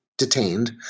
detained